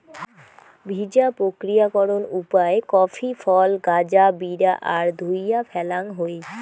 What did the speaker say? ভিজা প্রক্রিয়াকরণ উপায় কফি ফল গাঁজা বিরা আর ধুইয়া ফ্যালাং হই